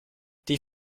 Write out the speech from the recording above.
die